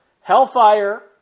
Hellfire